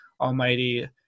almighty